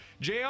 JR